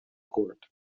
court